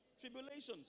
Tribulations